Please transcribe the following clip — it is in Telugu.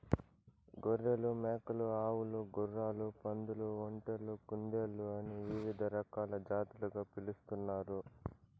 గొర్రెలు, మేకలు, ఆవులు, గుర్రాలు, పందులు, ఒంటెలు, కుందేళ్ళు అని వివిధ రకాల జాతులుగా పిలుస్తున్నారు